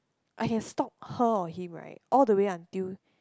I can stalk her or him right all the way until